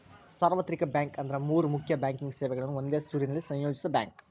ಸಾರ್ವತ್ರಿಕ ಬ್ಯಾಂಕ್ ಅಂದ್ರ ಮೂರ್ ಮುಖ್ಯ ಬ್ಯಾಂಕಿಂಗ್ ಸೇವೆಗಳನ್ನ ಒಂದೇ ಸೂರಿನಡಿ ಸಂಯೋಜಿಸೋ ಬ್ಯಾಂಕ್